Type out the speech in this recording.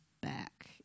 back